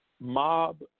Mob